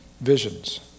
visions